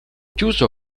chiuso